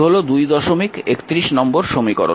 এটি হল 231 নম্বর সমীকরণ